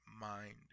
mind